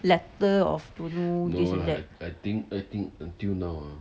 letter of don't know this that